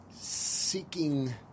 seeking